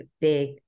big